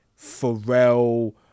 Pharrell